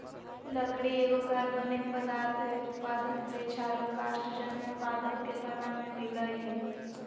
लकड़ी एगो कार्बनिक पदार्थ हई, उत्पादन वृक्ष आरो कास्टजन्य पादप के तना में मिलअ हई